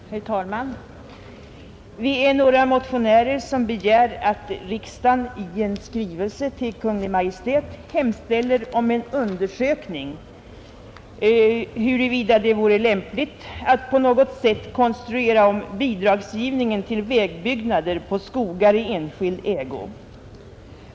Herr talman! Vi är några motionärer som begär att riksdagen i skrivelse till Kungl. Maj:t hemställer om en undersökning av huruvida det vore lämpligt att på något sätt konstruera om bidragsgivningen till vägbyggnader på skogar i enskild ägo.